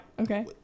Okay